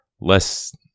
less